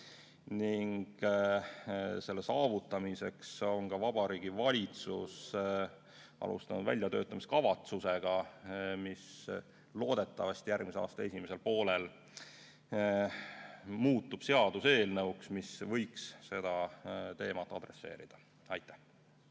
Selle saavutamiseks on ka Vabariigi Valitsus alustanud [tööd] väljatöötamiskavatsusega, mis loodetavasti järgmise aasta esimesel poolel muutub seaduseelnõuks, mis võiks seda teemat adresseerida. Aitäh!